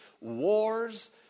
wars